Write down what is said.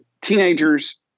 teenagers